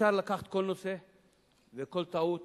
אפשר לקחת כל נושא וכל טעות